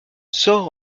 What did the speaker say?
sort